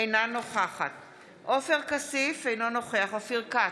אינה נוכחת עופר כסיף, אינו נוכח אופיר כץ,